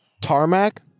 tarmac